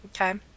okay